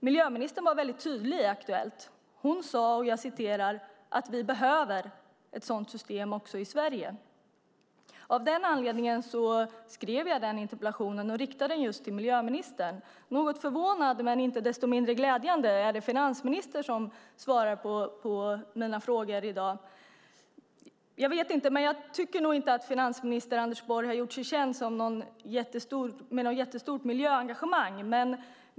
Miljöministern var väldigt tydlig i Aktuellt . Hon sade att vi behöver ett sådant system också i Sverige. Av den anledningen skrev jag denna interpellation och ställde den just till miljöministern. Något förvånande, men inte desto mindre glädjande, är det finansministern som svarar på mina frågor i dag. Jag vet inte, men jag tycker nog inte att finansminister Anders Borg har gjort sig känd som någon med ett jättestort miljöengagemang.